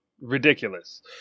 ridiculous